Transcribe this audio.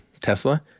Tesla